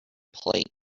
plate